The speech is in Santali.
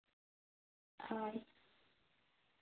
ᱦᱳᱭ